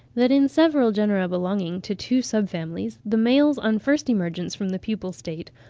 that, in several genera belonging to two sub-families, the males on first emergence from the pupal state,